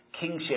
kingship